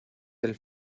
del